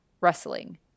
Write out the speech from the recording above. wrestling